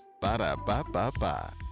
Ba-da-ba-ba-ba